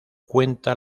cuenta